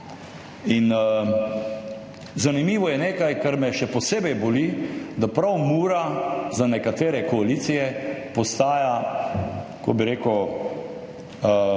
in zanimivo je nekaj, kar me še posebej boli, da prav Mura za nekatere koalicije postaja, kako bi rekel,